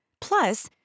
Plus